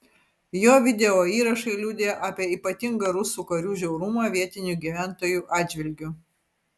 jo videoįrašai liudija apie ypatingą rusų karių žiaurumą vietinių gyventojų atžvilgiu